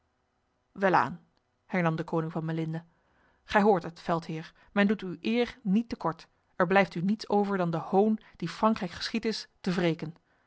welaan hernam de koning van melinde gij hoort het veldheer men doet uw eer niet te kort er blijft u niets over dan de hoon die frankrijk geschied is te wreken